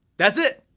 that's it!